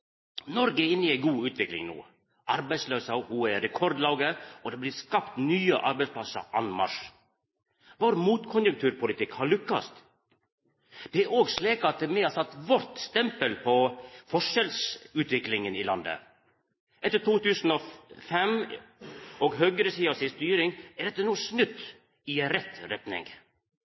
ei god utvikling no. Arbeidsløysa er rekordlåg, og det blir skapt nye arbeidsplassar en masse. Vår motkonjunkturpolitikk har lukkast. Det er òg slik at me har sett vårt stempel på forskjellsutviklinga i landet. Etter 2005 og høgresida si styring er dette no snudd i rett retning.